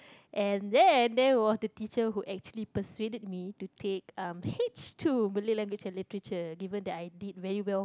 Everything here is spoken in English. and then there was the teacher who actually persuaded me to take uh H two Malay language and literature given that I did very well